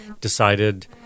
decided